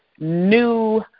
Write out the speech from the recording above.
new